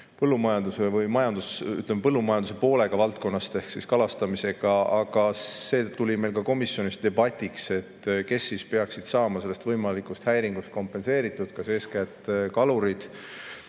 põllumajanduse poolega valdkonnast ehk kalastamisega, aga selle üle oli meil ka komisjonis debatt, kes siis peaksid saama selle võimaliku häiringu tõttu kompenseeritud, kas eeskätt kalurid,